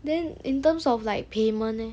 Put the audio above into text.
then in terms of like payment leh